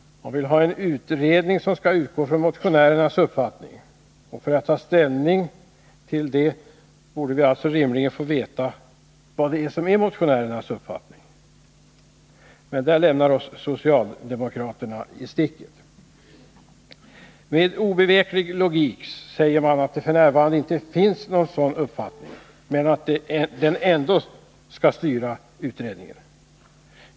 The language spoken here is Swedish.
Man vill ha en utredning som skall utgå från motionärernas uppfattning. För att ta ställning till detta borde vi alltså rimligen få veta vad det är som är motionärernas uppfattning. Men där lämnar oss socialdemokraterna i sticket. Med obeveklig logik säger man att det f. n. inte finns någon sådan uppfattning men att den ändå skall styra utredningen.